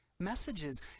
messages